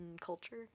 culture